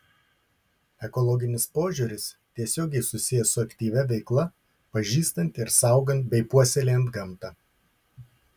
ekologinis požiūris tiesiogiai susijęs su aktyvia veikla pažįstant ir saugant bei puoselėjant gamtą